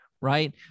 right